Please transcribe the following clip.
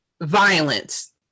violence